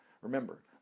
remember